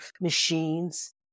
machines